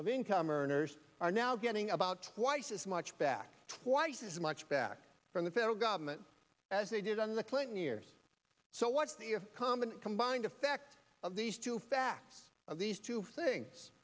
of income earners are now getting about twice as much back twice as much back from the federal government as they did on the clinton years so what's the common combined effect of these two facts of these two things